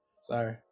Sorry